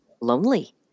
lonely